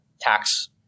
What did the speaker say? tax